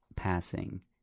Passing